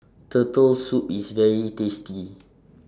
Turtle Soup IS very tasty